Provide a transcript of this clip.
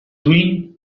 duin